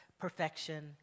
perfection